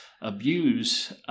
abuse